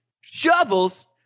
shovels